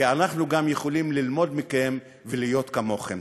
כי אנחנו גם יכולים ללמוד מכם ולהיות כמוכם.